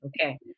Okay